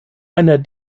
einer